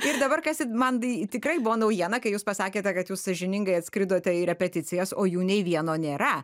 ir dabar kas įd man dai tikrai buvo naujiena kai jūs pasakėte kad jūs sąžiningai atskridote į repeticijas o jų nei vieno nėra